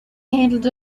handled